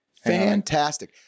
Fantastic